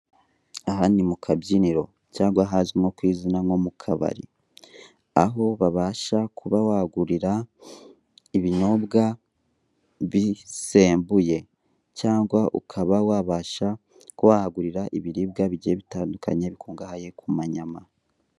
Aha ni mu kabyiniro cyangwa ahazwi nko ku izina nko mu kabari, aho wabasha kuba wagurira ibinyobwa bisembuye cyangwa ukaba wabasha kuba wahagurira ibiribwa bigiye bitandukanye bikungahaye ku manyama.